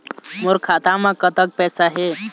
मोर खाता म कतक पैसा हे?